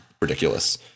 ridiculous